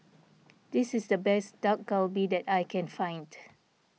this is the best Dak Galbi that I can find